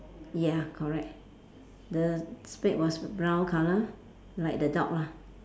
ya correct the spade was brown colour like the dog lah